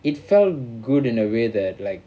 it felt good in a way that like